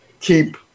keep